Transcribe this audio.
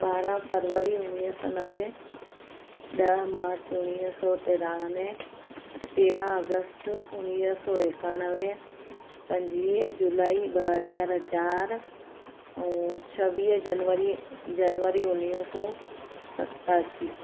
ॿारहं फरवरी उणिवीह सौ नवे ॾह मार्च उणिवीह सौ तिरानवे तेराहं अगस्त उणिवीह सौ एकानवे पंजवीह जुलाई ॿ हज़ार चार ऐं छवीह जनवरी जनवरी उणिवीह सौ सतासी